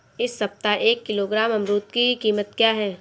इस सप्ताह एक किलोग्राम अमरूद की कीमत क्या है?